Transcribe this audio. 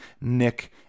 Nick